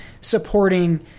supporting